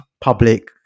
public